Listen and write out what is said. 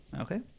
Okay